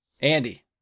Andy